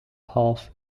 half